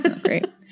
Great